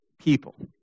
people